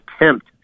attempt